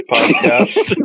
Podcast